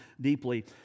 deeply